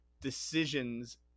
decisions